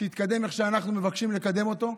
שיתקדם איך שאנחנו מבקשים לקדם אותו.